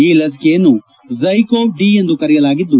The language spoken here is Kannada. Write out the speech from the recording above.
ಈ ಲಸಿಕೆಯನ್ನು ರಝ್ಲಿಕೋವ್ ಡಿ ಎಂದು ಕರೆಯಲಾಗಿದ್ದು